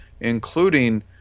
including